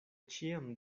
ĉiam